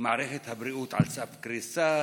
מערכת הבריאות על סף קריסה,